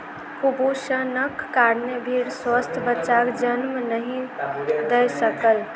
कुपोषणक कारणेँ भेड़ स्वस्थ बच्चाक जन्म नहीं दय सकल